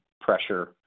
pressure